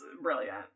brilliant